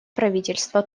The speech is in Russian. правительства